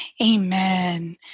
Amen